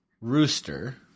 rooster